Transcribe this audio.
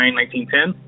1910